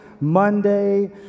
Monday